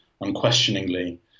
unquestioningly